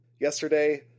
yesterday